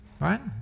right